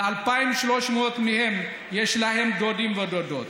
ל-2,300 מהם יש להם דודים ודודות.